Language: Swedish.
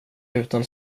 utan